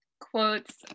quotes